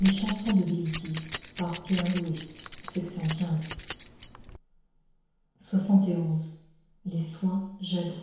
les soins jaloux